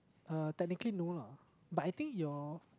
uh technically no lah but I think your